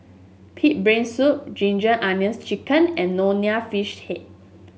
pig brain soup Ginger Onions chicken and Nonya Fish Head